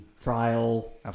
trial